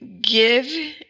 give